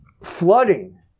flooding